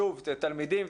תלמידים,